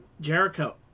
Jericho